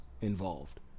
involved